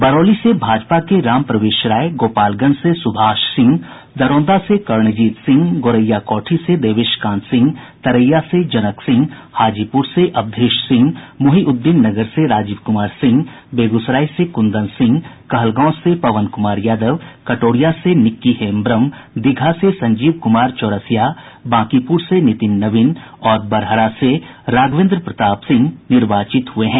बरौली से भाजपा के राम प्रवेश राय गोपालगंज से सुभाष सिंह दरौंदा से कर्णजीत सिंह गोरियाकोठी से देवेश कांत सिंह तरैया से जनक सिंह हाजीपुर से अवधेश सिंह मोहिउद्दीननगर से राजीव कुमार सिंह बेगूसराय से कुंदन सिंह कहलगांव से पवन कुमार यादव कटोरिया से निक्की हेम्ब्रम दीघा संजीव चौरसिया बांकीपुर से नितिन नवीन और बरहरा से राघवेन्द्र प्रताप सिंह निर्वाचित हुए है